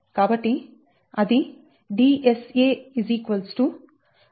కాబట్టి Dsa rd312